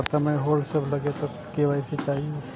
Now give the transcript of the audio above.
खाता में होल्ड सब लगे तब के.वाई.सी चाहि?